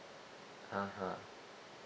(uh huh)